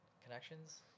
connections